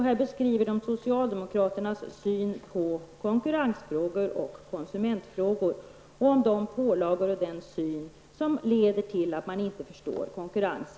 Där beskrivs socialdemokraternas syn på konkurrensoch konsumentfrågor och de pålagor och den syn som utgör grunden för och leder till att socialdemokraterna inte förstår konkurrens.